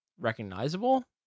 recognizable